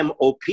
MOP